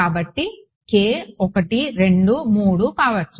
కాబట్టి k 1 2 3 కావచ్చు